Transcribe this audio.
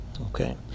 Okay